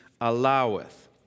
alloweth